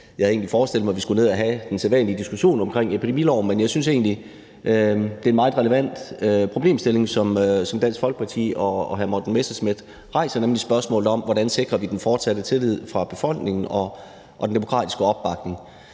Jeg havde egentlig forestillet mig, at vi skulle ned og have den sædvanlige diskussion om epidemiloven, men jeg synes, det er en meget relevant problemstilling, som Dansk Folkeparti og hr. Morten Messerschmidt rejser, nemlig spørgsmålet om, hvordan vi sikrer den fortsatte tillid i befolkningen og den demokratiske opbakning.